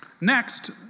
Next